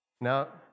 Now